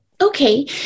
Okay